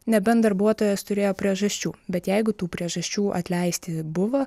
nebent darbuotojas turėjo priežasčių bet jeigu tų priežasčių atleisti buvo